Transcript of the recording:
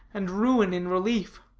and ruin in relief.